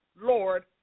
Lord